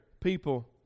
people